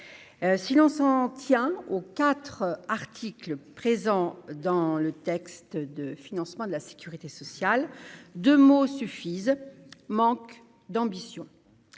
si l'on s'en tient aux 4 articles présents dans le texte de financement de la Sécurité sociale 2 mots suffisent, manque d'ambition et